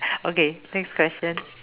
okay next question